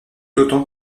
autant